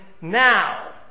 now